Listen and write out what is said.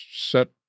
set